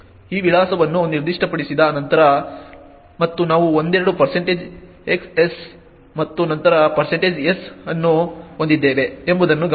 ಈ ವಿಳಾಸವನ್ನು ನಿರ್ದಿಷ್ಟಪಡಿಸಿದ ನಂತರ ಮತ್ತು ನಾವು ಒಂದೆರಡು xs ಮತ್ತು ನಂತರ s ಅನ್ನು ಹೊಂದಿದ್ದೇವೆ ಎಂಬುದನ್ನು ಗಮನಿಸಿ